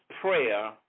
prayer